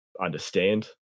understand